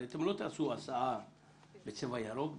הרי אתם לא תעשו הסעה בצבע ירוק,